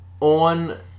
on